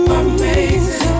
amazing